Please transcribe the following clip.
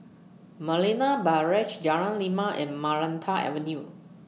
Marina Barrage Jalan Lima and Maranta Avenue